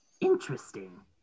Interesting